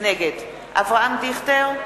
נגד אברהם דיכטר,